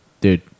dude